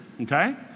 Okay